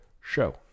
show